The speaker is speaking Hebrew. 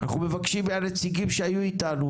אנחנו מבקשים מהנציגים שהיו איתנו,